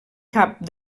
cap